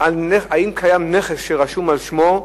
אם קיים נכס שרשום על שמו.